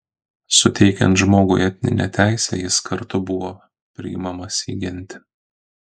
suteikiant žmogui etninę teisę jis kartu buvo priimamas į gentį